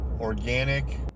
organic